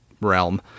realm